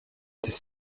tes